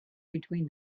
between